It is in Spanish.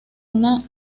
una